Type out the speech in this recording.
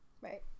Right